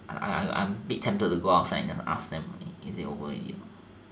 I I am a bit tempted to go outside and ask them is it over already or not